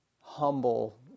humble